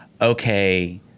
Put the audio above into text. okay